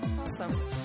Awesome